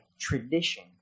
tradition